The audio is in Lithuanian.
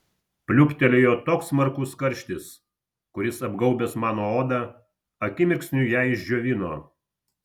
pliūptelėjo toks smarkus karštis kuris apgaubęs mano odą akimirksniu ją išdžiovino